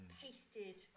pasted